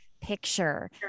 picture